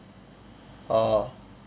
orh